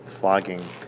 flogging